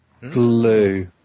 Blue